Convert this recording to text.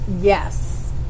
Yes